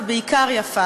ובעיקר יפָה,